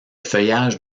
feuillage